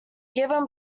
given